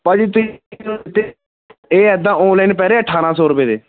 ਭਾਅ ਜੀ ਤੁਸੀਂ ਇਹ ਐਦਾਂ ਔਨਲਾਈਨ ਪੈ ਰਹੇ ਅਠਾਰਾਂ ਸੌ ਰੁਪਏ ਦੇ